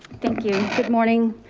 thank you. morning,